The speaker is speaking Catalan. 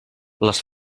les